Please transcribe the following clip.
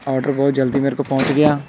order ਬਹੁਤ ਜਲਦੀ ਮੇਰੇ ਕੋਲ ਪਹੁੰਚ ਗਿਆ